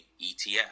ETF